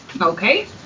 Okay